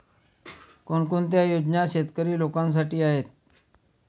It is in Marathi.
कोणकोणत्या योजना शेतकरी लोकांसाठी आहेत?